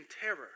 terror